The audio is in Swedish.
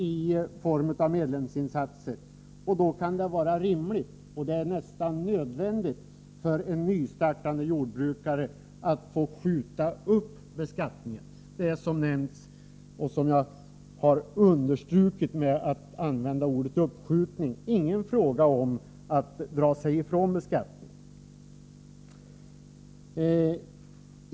i form av medlemsinsatser. Då kan det vara rimligt — och det är nästan nödvändigt när det gäller nystartade jordbruk — att man får skjuta upp beskattningen. Det är — som jag har understrukit genom att använda ordet uppskjutning — inte fråga om att dra sig undan beskattning.